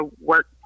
work